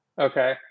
Okay